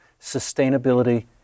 sustainability